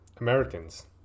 Americans